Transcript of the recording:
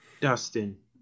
Dustin